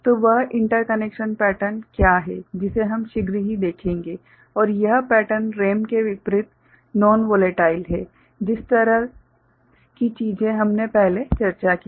तो वह interconnection pattern क्या है जिसे हम शीघ्र ही देखेंगे और यह पैटर्न रैम के विपरीत नॉन वोलेटाइल है जिस तरह की चीजें हमने पहले चर्चा की थीं